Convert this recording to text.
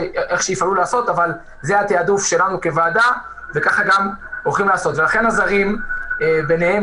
הצלחנו להכיל אותם יחסית בצורה די מהירה ולאפשר להם את הזרימה של